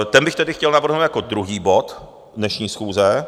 Ten bych tedy chtěl navrhnout jako druhý bod dnešní schůze.